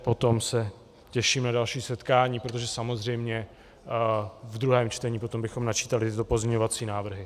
Potom se těším na další setkání, protože samozřejmě ve druhém čtení bychom načítali pozměňovací návrhy.